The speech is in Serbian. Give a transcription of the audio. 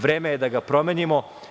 Vreme je da ga promenimo.